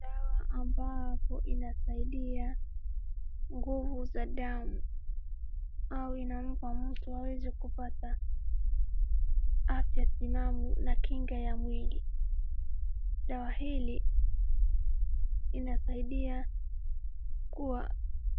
Dawa ambapo inasaidia nguvu za damu au inampa mtu aweze kupata afya timamu na kinga ya mwili. Dawa hili inasaidia kuwa